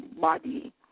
body